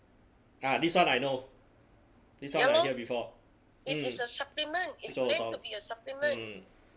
ah this one I know this one I hear before mm mm